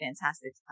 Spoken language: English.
fantastic